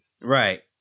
Right